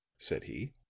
said he,